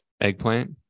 eggplant